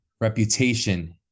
reputation